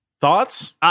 Thoughts